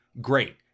great